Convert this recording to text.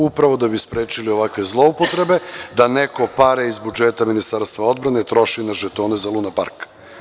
Upravo da bi sprečili ovakve zloupotrebe, da neko pare iz budžeta Ministarstva odbrane troši na žetone za luna park.